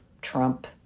Trump